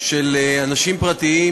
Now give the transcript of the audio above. של אנשים פרטיים